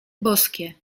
boskie